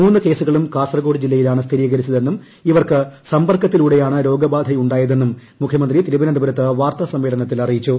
മൂന്ന് കേസുകളും കാസർകോഡ് ജില്ലയിലാണ് സ്ഥിരീകരിച്ചതെന്നും ഇവർക്ക് സമ്പർക്കത്തിലൂട്ടെയാണ് രോഗബാധയുണ്ടായതെന്നും മുഖ്യമന്ത്രി തിരുവനന്തഏരത്ത് വാർത്താ സമ്മേളനത്തിൽ അറിയിച്ചു